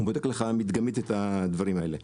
הוא בודק לך מדגמית את הדברים האלה.